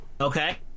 Okay